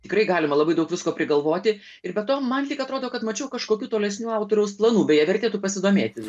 tikrai galima labai daug visko prigalvoti ir be to man tik atrodo kad mačiau kažkokių tolesnių autoriaus planų beje vertėtų pasidomėti